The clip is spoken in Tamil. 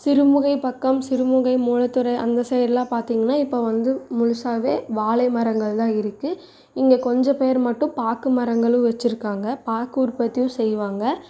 சிறுமுகை பக்கம் சிறுமுகை மூலத்தெரு அந்த சைடெலாம் பார்த்திங்கனா இப்போ வந்து முழுதாவே வாழைமரங்கள் தான் இருக்குது இங்கே கொஞ்சம் பேர் மட்டும் பாக்கு மரங்களும் வச்சுருக்காங்க